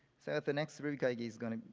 so the next rubykaigi is gonna